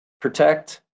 protect